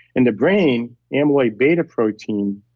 in the brain amyloid beta protein,